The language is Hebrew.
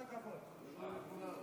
כבוד היושב-ראש, כבוד השר או השרה,